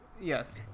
Yes